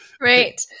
Right